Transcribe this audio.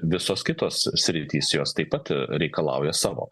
visos kitos sritys jos taip pat reikalauja savo